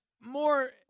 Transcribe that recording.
more